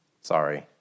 Sorry